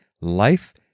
life